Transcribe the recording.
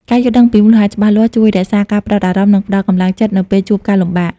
ការយល់ដឹងពីមូលហេតុច្បាស់លាស់ជួយរក្សាការផ្តោតអារម្មណ៍ និងផ្តល់កម្លាំងចិត្តនៅពេលជួបការលំបាក។